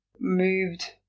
moved